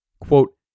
Quote